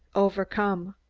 overcome.